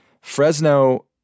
Fresno